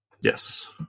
yes